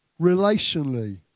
relationally